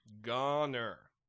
Goner